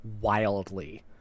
wildly